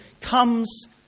comes